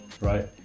Right